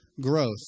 growth